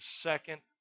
second